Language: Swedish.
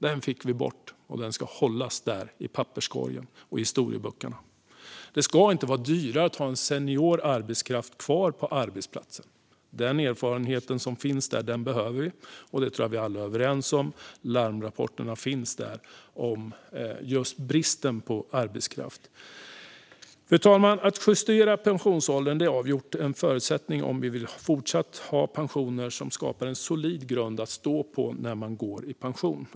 Den fick vi bort, och den ska hållas där i papperskorgen och i historieböckerna. Det ska inte vara dyrare att ha en senior arbetskraft kvar på arbetsplatsen. Den erfarenhet som finns där behöver vi, och det tror jag att vi alla är överens om. Larmrapporterna finns där om just bristen på arbetskraft. Fru talman! Att justera pensionsåldern är avgjort en förutsättning om vi fortsatt vill ha pensioner som skapar en solid grund att stå på när man går i pension.